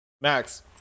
Max